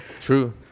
True